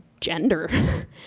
gender